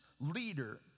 leader